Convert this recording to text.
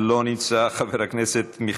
חבר הכנסת קיש,